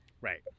Right